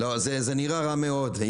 זה נראה רע מאוד.